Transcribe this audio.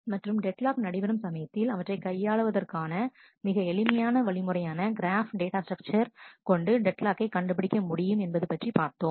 மற்றும் deadlock நடைபெறும் சமயத்தில் அவற்றை கையாளுவதற்கான மிக எளிமையான வழிமுறையான கிராஃப் டேட்டா ஸ்ட்ரக்சர் கொண்டு டெட் லாக்கை கண்டுபிடிக்க முடியும் என்பது பற்றி பார்த்தோம்